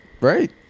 Right